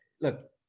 Look